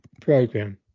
program